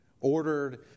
ordered